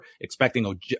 expecting